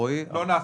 רועי -- לא לעסקים.